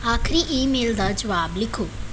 ਆਖਰੀ ਈਮੇਲ ਦਾ ਜਵਾਬ ਲਿਖੋ